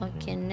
Okay